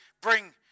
bring